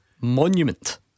Monument